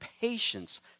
patience